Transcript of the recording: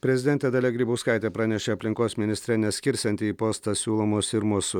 prezidentė dalia grybauskaitė pranešė aplinkos ministre neskirsianti į postą siūlomos irmos